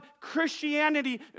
Christianity